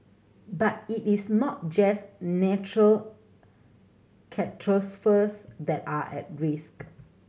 but it is not just natural that are risk